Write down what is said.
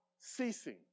ceasing